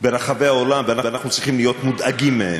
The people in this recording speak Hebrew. ברחבי העולם ואנחנו צריכים להיות מודאגים מהן.